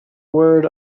word